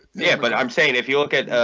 yeah, but i'm saying if you look at